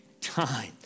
time